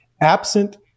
absent